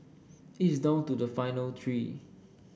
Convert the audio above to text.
is down to the final three